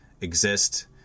exist